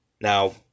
Now